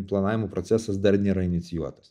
planavimo procesas dar nėra inicijuotas